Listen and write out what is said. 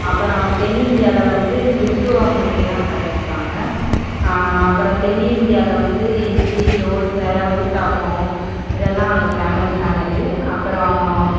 அப்புறம் தென் இந்தியாவில வந்து கிறிஸ்துவ மொழிய தான் கடைப்பிடிப்பாங்கள் அப்புறம் தென் இந்தியாவில வந்து இட்லி தோசை ஊத்தாப்பம் இதெல்லாம் அங்கே ஃபேமஸ்ஸானது அப்புறம்